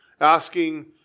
asking